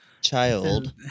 child